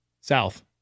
South